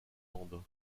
andes